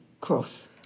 cross